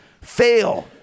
fail